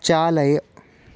चालय